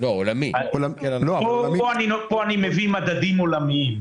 כאן אני מביא מדדים עולמיים,